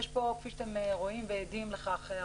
שאתם רואים ועדים לכך,